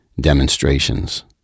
demonstrations